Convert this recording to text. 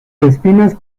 espinas